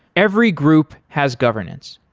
every group has governance.